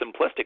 simplistic